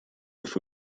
with